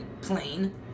plain